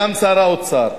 גם שר האוצר,